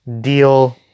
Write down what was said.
deal